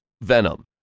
Venom